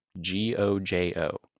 G-O-J-O